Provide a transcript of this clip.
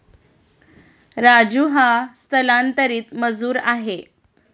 राजू हा स्थलांतरित मजूर आहे